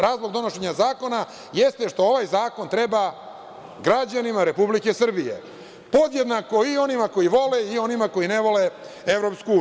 Razlog donošenja zakona jeste što ovaj zakon treba građanima Republike Srbije, podjednako i onima koji vole i onima koji ne vole EU.